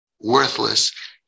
worthless